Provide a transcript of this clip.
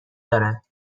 دارن